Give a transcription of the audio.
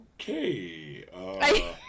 okay